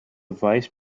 vice